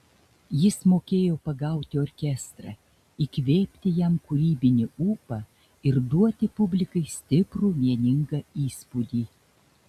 jis mokėjo pagauti orkestrą įkvėpti jam kūrybinį ūpą ir duoti publikai stiprų vieningą įspūdį